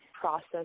process